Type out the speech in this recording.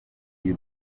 you